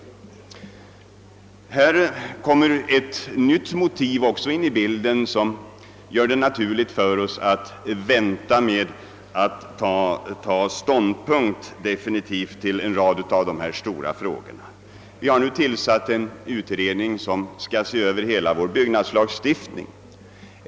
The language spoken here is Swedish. Här kommer också ett nytt motiv in i bilden som gör det naturligt för oss att vänta med att ta definitiv ståndpunkt till en rad av dessa stora frågor. Vi har nu tillsatt en utredning som skall se över hela vår byggnadslagstiftning.